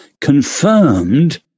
confirmed